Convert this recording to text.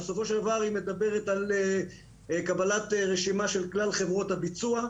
בסופו של דבר היא מדברת על קבלת רשימה של כלל חברות הביצוע,